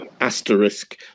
asterisk